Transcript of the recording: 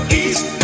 east